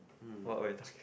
what are you talking